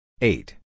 Eight